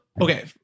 okay